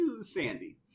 Sandy